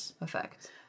effect